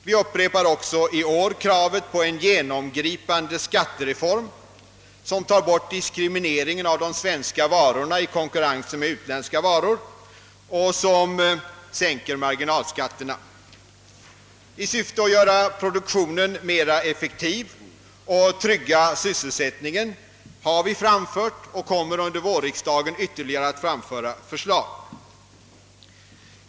Vi upprepar också i år kravet på en genomgripande skattereform, som tar bort diskrimineringen av de svenska varorna i konkurrens med de utländska och sänker marginalskatterna. Vi har framfört och kommer under vårriksdagen att framföra ytterligare förslag i syfte att göra produktionen mer effektiv och trygga sysselsättningen.